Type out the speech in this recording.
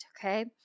okay